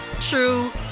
true